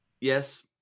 yes